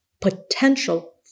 potential